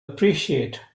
appreciate